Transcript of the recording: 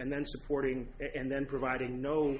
and then supporting and then providing no